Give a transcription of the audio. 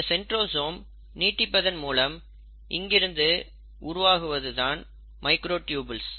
இந்த சென்ட்ரோசோம் நீட்டிப்பதன் மூலம் இங்கிருந்து உருவாக்குவதுதான் மைக்ரோட்யூபில்ஸ்